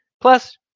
Plus